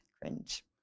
cringe